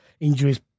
Injuries